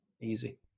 Easy